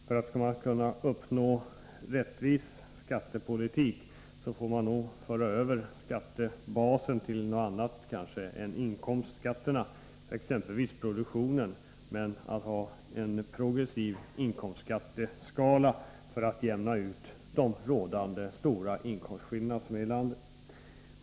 Skall man kunna uppnå en rättvis skattepolitik, får man nog föra över skattebasen till något annat än inkomsterna, exempelvis produktionen, men ha en progressiv inkomstskatteskala för att jämna ut de rådande stora inkomstskillnaderna i landet.